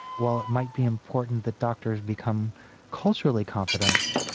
while it might be important that doctors become culturally competent,